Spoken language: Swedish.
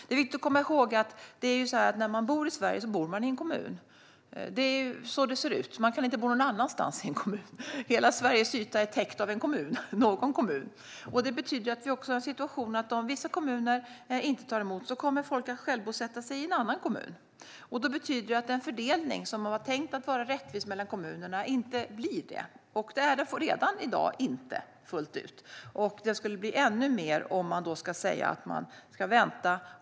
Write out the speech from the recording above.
Det är viktigt att komma ihåg att den som bor i Sverige också bor i en kommun. Hela Sveriges yta är täckt av kommuner. Om nu vissa kommuner inte tar emot kommer folk att självbosätta sig i en annan kommun. Det betyder då att fördelningen, som var tänkt att vara rättvis mellan kommunerna, inte blir rättvis. Så är det redan i dag. Den skulle bli ännu orättvisare om man skulle säga att man ska vänta.